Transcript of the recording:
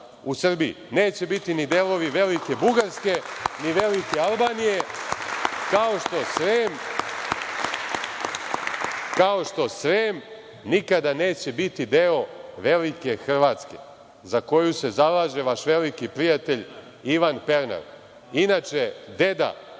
u Srbiji. Neće biti ni delovi velike Bugarske, ni velike Albanije, kao što Srem nikada neće biti deo velike Hrvatske za koju se zalaže vaš veliki prijatelj Ivan Pernar. Inače, deda